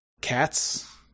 Cats